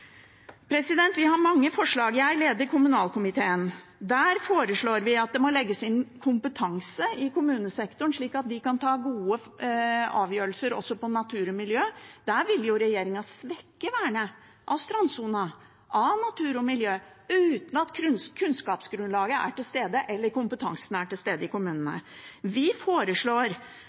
Vi har mange forslag. Jeg leder kommunalkomiteen. Der foreslår vi at det må legges inn kompetanse i kommunesektoren, slik at de kan ta gode avgjørelser også på natur og miljø. Der vil regjeringa svekke vernet av strandsona, av natur og miljø, uten at kunnskapsgrunnlaget eller kompetansen er til stede i kommunene. Vi foreslår